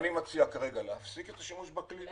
אני מציע להפסיק כרגע את השימוש בכלי.